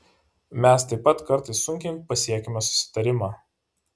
mes taip pat kartais sunkiai pasiekiame susitarimą